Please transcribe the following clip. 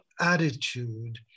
attitude